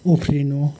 उफ्रिनु